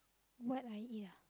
what I eat ah